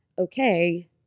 okay